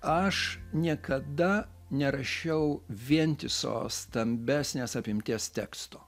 aš niekada nerašiau vientiso stambesnės apimties teksto